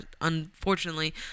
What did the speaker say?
unfortunately